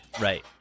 Right